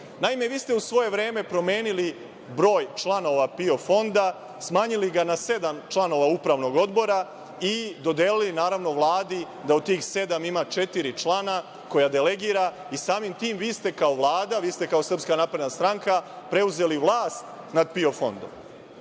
Naime, vi ste u svoje vreme promenili broj članova PIO fonda, smanjili ga na sedam članova Upravnog odbora i dodelili, naravno, Vladi da od tih sedam ima četiri člana koje delegira. Samim tim, vi ste kao Vlada, vi ste kao Srpska napredna stranka preuzeli vlast nad PIO fondom. Dakle,